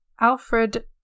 Alfred